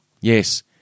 Yes